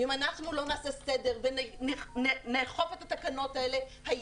ואם אנחנו לא נעשה סדר ונאכוף את התקנות האלה,